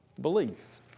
belief